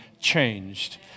changed